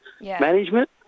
management